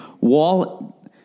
wall